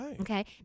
Okay